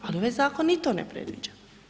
Ali ovaj zakon ni to ne predviđa.